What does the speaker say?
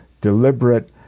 deliberate